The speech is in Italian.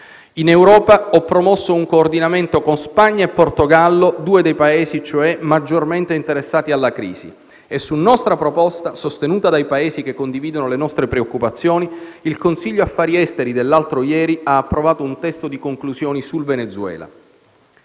In Europa, ho promosso un coordinamento con Spagna e Portogallo, due dei Paesi, cioè, maggiormente interessati alla crisi, e su nostra proposta, sostenuta dai Paesi che condividono le nostre preoccupazioni, il Consiglio affari esteri dell'altro ieri ha provato un testo di conclusioni sul Venezuela.